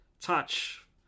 Touch